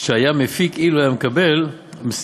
שהיה מפיק אילו קיבל את